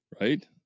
right